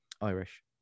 Irish